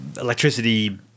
electricity